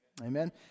amen